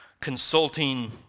Consulting